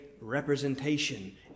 representation